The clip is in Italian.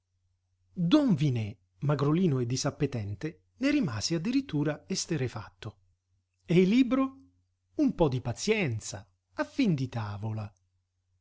don vinè magrolino e disappetente ne rimase addirittura esterrefatto e il libro un po di pazienza a fin di tavola